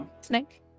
snake